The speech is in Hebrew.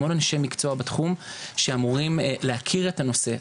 המון אנשי מקצוע בתחום שאמורים להכיר את הנושא.